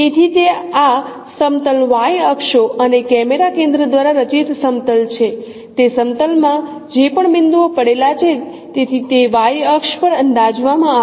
તેથી તે આ સમતલ Y અક્ષો અને કેમેરા કેન્દ્ર દ્વારા રચિત સમતલ છે તે સમતલ માં જે પણ બિંદુઓ પડેલા છે તેથી તે Y અક્ષ પર અંદાજવામાં આવશે